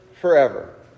forever